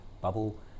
bubble